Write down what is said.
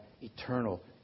eternal